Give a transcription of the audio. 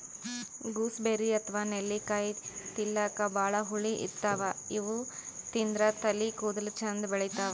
gooseberry ಅಥವಾ ನೆಲ್ಲಿಕಾಯಿ ತಿಲ್ಲಕ್ ಭಾಳ್ ಹುಳಿ ಇರ್ತವ್ ಇವ್ ತಿಂದ್ರ್ ತಲಿ ಕೂದಲ ಚಂದ್ ಬೆಳಿತಾವ್